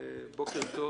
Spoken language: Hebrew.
בוקר טוב